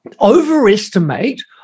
overestimate